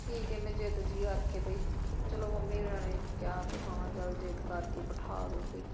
ਠੀਕ ਹੈ ਮੈਂ ਜਿੱਦ ਜਿਹੀ ਕਰਕੇ ਬਾਈ ਚੱਲੋ ਮਮੀ ਉਰਾਂ ਨੇ ਕਿਹਾ ਵੀ ਹਾਂ ਚੱਲ ਜਿੱਦ ਕਰਦੀ ਬਿਠਾ ਦਿਓ ਬਈ